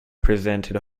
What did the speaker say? presented